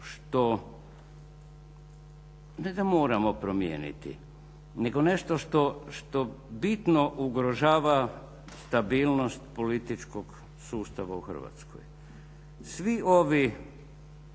što ne da moramo promijeniti, nego nešto što bitno ugrožava stabilnost političkog sustava u Hrvatskoj. Svi ovi